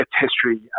history